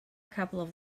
couple